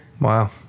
Wow